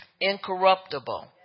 Incorruptible